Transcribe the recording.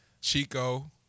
Chico